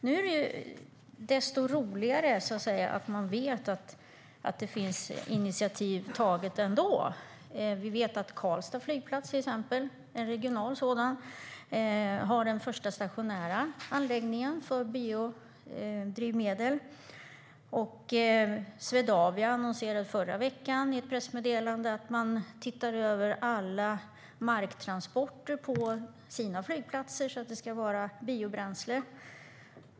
Nu är det desto roligare att man vet att initiativ har tagits. Vi vet att Karlstad flygplats, en regional flygplats, har den första stationära anläggningen för biodrivmedel. Swedavia annonserade ut i ett pressmeddelande i förra veckan att man tittar över alla marktransporter på sina flygplatser i fråga om biobränsle.